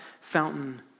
fountain